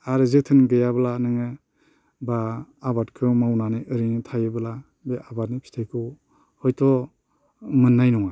आरो जोथोन गैयाब्ला नोङो बा आबादखौ मावनानै ओरैनो थायोब्ला बे आबादनि फिथाइखौ हयथ' मोननाय नङा